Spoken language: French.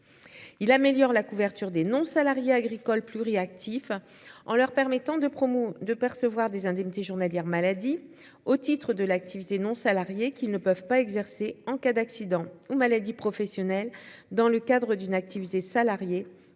il améliore la couverture des non-salariés agricoles pluriactifs en leur permettant de promo de percevoir des indemnités journalières maladie au titre de l'activité non salariée qui ne peuvent pas exercer en cas d'accident ou maladie professionnelle dans le cadre d'une activité salariée,